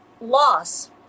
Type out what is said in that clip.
Loss